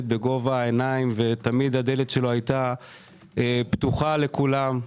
בגובה העיניים והדלת שלו הייתה פתוחה תמיד לכולם.